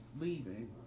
leaving